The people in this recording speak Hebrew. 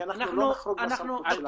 כי אנחנו לא נחרוג מהסמכות שלנו,